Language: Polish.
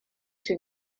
czy